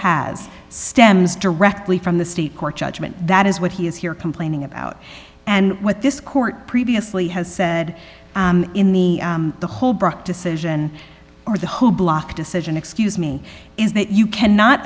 has stems directly from the state court judgment that is what he is here complaining about and what this court previously has said in the the holbrooke decision or the whole block decision excuse me is that you cannot